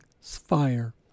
fire